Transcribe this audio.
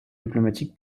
diplomatique